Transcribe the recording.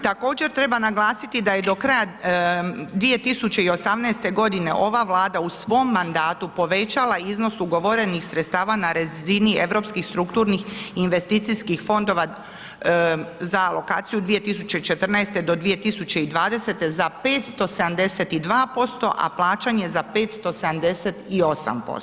Također treba naglasiti da je do kraja 2018. godine ova Vlada u svom mandatu povećala iznos ugovorenih sredstava na razini Europskih strukturnih investicijskih fondova za alokaciju 2014. do 2020. za 572%, a plaćanje za 578%